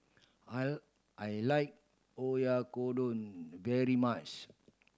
I I like Oyakodon very much